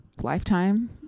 lifetime